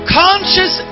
conscious